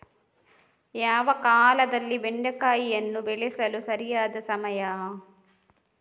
ಯಾವ ಕಾಲದಲ್ಲಿ ಬೆಂಡೆಕಾಯಿಯನ್ನು ಬೆಳೆಸಲು ಸರಿಯಾದ ಸಮಯ?